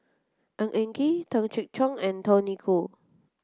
Ng Eng Kee Tung Chye Cong and Tony Khoo